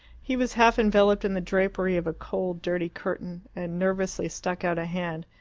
he was half enveloped in the drapery of a cold dirty curtain, and nervously stuck out a hand,